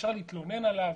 אפשר להתלונן עליו,